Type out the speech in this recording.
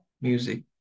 music